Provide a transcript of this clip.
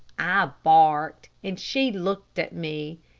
i barked, and she looked at me.